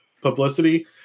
publicity